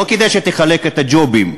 לא כדי שתחלק את הג'ובים.